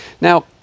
Now